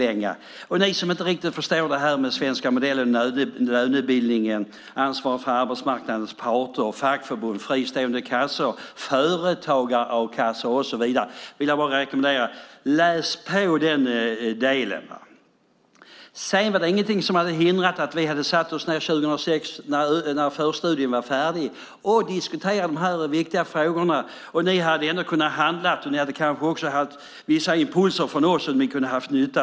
Jag vill rekommendera er som inte riktigt förstår det här med den svenska modellen, lönebildningen, ansvar för arbetsmarknadens parter, fackförbund, fristående kassor, företagarnas a-kassor och så vidare att läsa på i den delen. Sedan var det ingenting som hade hindrat att vi hade satt oss ned 2006, när förstudien var färdig, för att diskutera de här viktiga frågorna. Ni hade ändå kunnat handla, och ni hade kanske också fått vissa impulser från oss som ni hade kunnat ha nytta av.